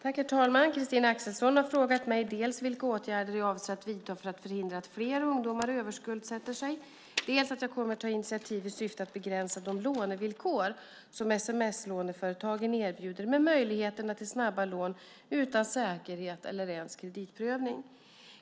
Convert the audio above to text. Herr talman! Christina Axelsson har frågat mig dels vilka åtgärder jag avser att vidta för att förhindra att fler ungdomar överskuldsätter sig, dels när jag kommer att ta initiativ i syfte att begränsa de lånevillkor som sms-låneföretagen erbjuder med möjligheterna till snabba lån utan säkerhet eller ens kreditprövning.